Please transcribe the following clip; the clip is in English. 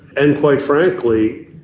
and quite frankly,